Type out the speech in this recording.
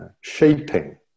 shaping